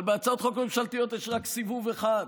אבל בהצעות חוק ממשלתיות יש רק סיבוב אחד,